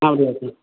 அப்படியா சார்